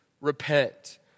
repent